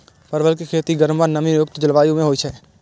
परवल के खेती गर्म आ नमी युक्त जलवायु मे होइ छै